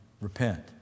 Repent